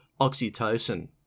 oxytocin